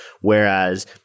Whereas